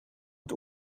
het